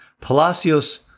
Palacios